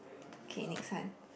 okay next one